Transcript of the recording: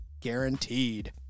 Guaranteed